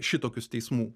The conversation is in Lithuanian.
šitokius teismų